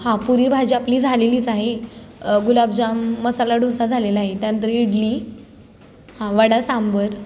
हां पुरी भाजी आपली झालेलीच आहे गुलाबजाम मसाला डोसा झालेला आहे त्यानंतर इडली हां वडा सांबार